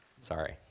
Sorry